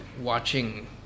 watching